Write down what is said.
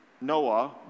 Noah